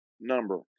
number